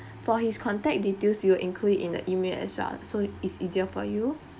for his contact details we'll included in the email as well so it's easier for you